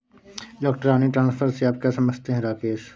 Electronic transfer से आप क्या समझते हैं, राकेश?